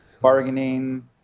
Bargaining